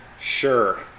sure